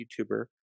YouTuber